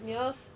你要